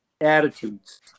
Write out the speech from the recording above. attitudes